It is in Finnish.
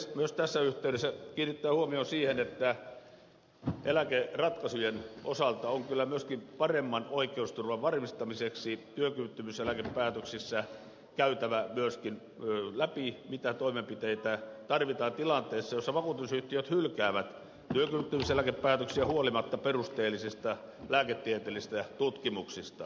haluan myös tässä yhteydessä kiinnittää huomion siihen että eläkeratkaisujen osalta on kyllä myöskin paremman oikeusturvan varmistamiseksi työkyvyttömyyseläkepäätöksissä käytävä myöskin läpi mitä toimenpiteitä tarvitaan tilanteissa joissa vakuutusyhtiöt hylkäävät työkyvyttömyyseläkepäätöksiä huolimatta perusteellisista lääketieteellisistä tutkimuksista